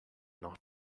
not